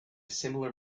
similar